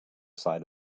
side